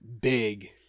big